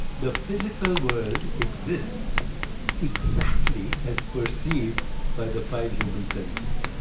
the physical world exists exactly as perceived by the five human senses.